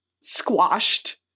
squashed